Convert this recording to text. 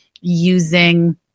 using